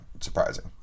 surprising